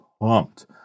pumped